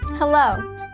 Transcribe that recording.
Hello